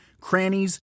crannies